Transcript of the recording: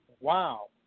wow